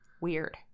Weird